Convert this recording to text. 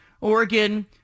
Oregon